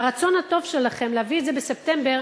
והרצון הטוב שלכם להביא את זה בספטמבר